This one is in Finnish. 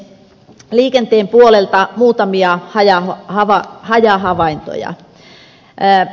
liikenteen puolelta muutamia hajahavaintoja